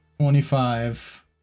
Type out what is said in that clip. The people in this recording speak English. twenty-five